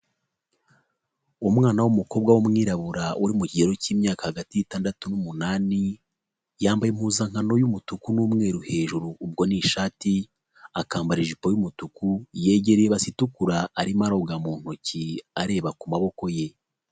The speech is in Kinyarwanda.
Umwana w'umukobwa w'umwirabura uri mu kigero cy'imyaka hagati y'itandatu n'umunani yambaye impuzankano y'umutuku n'umweru hejuru ubwo ni ishati akambara ijipo'umutuku yegereye ibasi itukura arimo aroga mu intoki areba ku maboko ye.